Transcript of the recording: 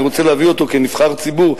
אני רוצה להביא אותו כנבחר ציבור,